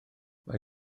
mae